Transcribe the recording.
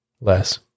Less